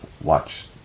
watch